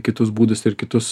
kitus būdus ir kitus